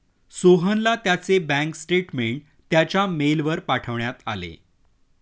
सोहनला त्याचे bank statement त्याच्या मेलवर पाठवण्यात आले